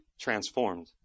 Transformed